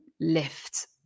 lift